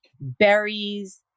berries